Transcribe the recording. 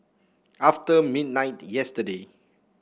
after midnight yesterday